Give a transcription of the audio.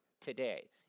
today